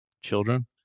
children